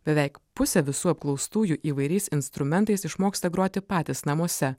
beveik pusė visų apklaustųjų įvairiais instrumentais išmoksta groti patys namuose